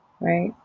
right